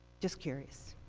just curious.